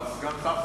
אבל סגן שר,